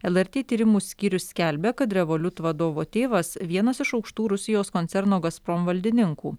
lrt tyrimų skyrius skelbia kad revoliut vadovo tėvas vienas iš aukštų rusijos koncerno gazprom valdininkų